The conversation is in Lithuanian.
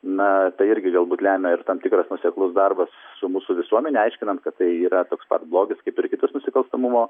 na tai irgi galbūt lemia ir tam tikras nuoseklus darbas su mūsų visuomene aiškinant kad tai yra toks pat blogis kaip ir kitos nusikalstamumo